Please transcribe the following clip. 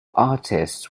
artists